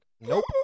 Nope